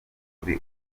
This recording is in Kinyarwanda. kuri